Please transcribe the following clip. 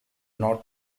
not